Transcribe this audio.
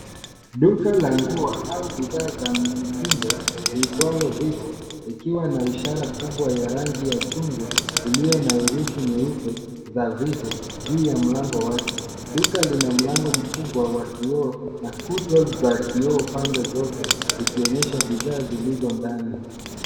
Duka la nguo au bidhaa za mitindo liitwalo Vivo, likiwa na ishara kubwa ya rangi ya chungwa iliyo na herufi nyeupe za Vivo, juu ya mlango wake. Duka lina mlango mkubwa wa kioo na kuta za kioo pande zote, zikionyesha bidhaa zilizo ndani.